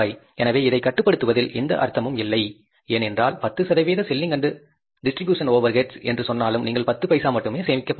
எனவே இதைக் கட்டுப்படுத்துவதில் எந்த அர்த்தமும் இல்லை ஏனென்றால் 10 சதவிகித செல்லிங் அண்ட் டிஸ்ட்ரிபியூஷன் ஓவர்ஹெட்ஸ் என்று சொன்னாலும் நீங்கள் 10 பைசா மட்டும் சேமிக்க போகிறீர்கள்